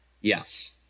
Yes